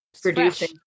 producing